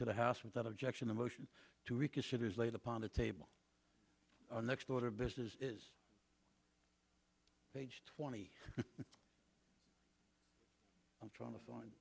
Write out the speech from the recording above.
to the house without objection the motion to reconsider is laid upon the table or next order of business is page twenty i'm trying to find